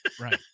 right